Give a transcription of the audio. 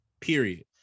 period